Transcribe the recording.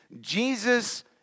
Jesus